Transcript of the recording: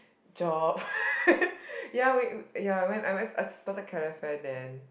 job ya we ya I went I went I started calefare then